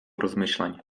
rozmyślań